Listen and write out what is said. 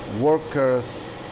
workers